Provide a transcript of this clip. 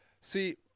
See